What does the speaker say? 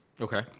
Okay